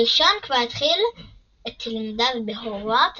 הראשון כבר התחיל את לימודיו בהוגוורטס,